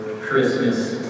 Christmas